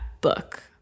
book